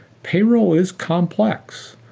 payroll is complex.